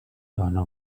دانا